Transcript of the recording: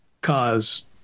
cause